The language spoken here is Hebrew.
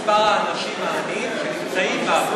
מספר האנשים העניים שנמצאים,